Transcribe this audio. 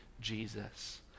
Jesus